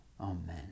Amen